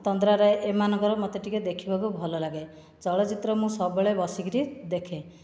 ତନ୍ଦ୍ରା ରାୟ ଏମାନଙ୍କର ମୋତେ ଟିକେ ଦେଖିବାକୁ ଭଲ ଲାଗେ ଚଳଚ୍ଚିତ୍ର ମୁଁ ସବୁବେଳେ ବସିକରି ଦେଖେ